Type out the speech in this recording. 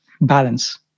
balance